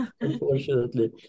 Unfortunately